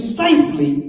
safely